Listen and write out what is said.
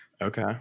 Okay